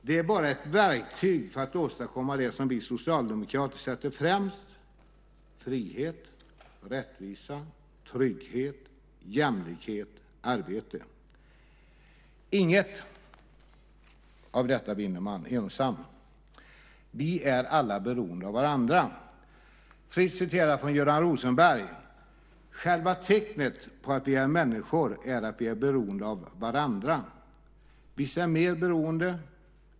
Det är bara ett verktyg för att åstadkomma det som vi socialdemokrater sätter främst: frihet, rättvisa, trygghet, jämlikhet, arbete. Inget av detta vinner man ensam. Vi är alla beroende av varandra. Jag citerar fritt från Göran Rosenberg: Själva tecknet på att vi är människor är att vi är beroende av varandra. Vissa är mer beroende.